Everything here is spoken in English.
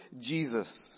Jesus